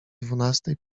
dwunastej